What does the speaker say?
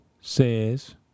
says